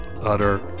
utter